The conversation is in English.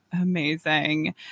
amazing